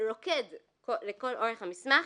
רוקד לכל אורך המסמך.